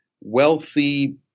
wealthy